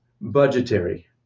budgetary